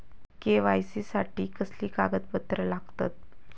KYC साठी कसली कागदपत्र लागतत?